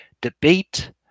debate